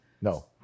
No